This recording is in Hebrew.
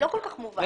לא כל כך מובן.